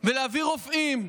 ולהביא רופאים,